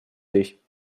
dich